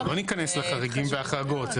אבל אנחנו לא ניכנס לחריגים והחרגות,